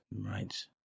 Right